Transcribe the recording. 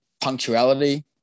punctuality